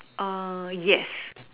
err yes